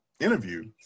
interview